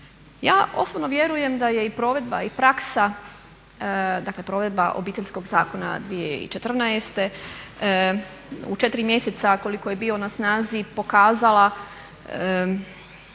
Ja osobno vjerujem da je i provedba i praksa, dakle provedba Obiteljskog zakona 2014. u 4 mjeseca koliko je bio na snazi pokazala